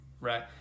right